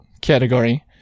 category